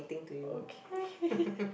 okay